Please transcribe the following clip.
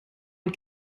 und